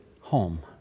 home